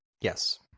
Yes